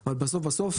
אבל בסוף בסוף,